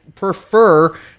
prefer